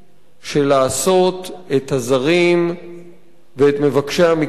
של לעשות את הזרים ואת מבקשי המקלט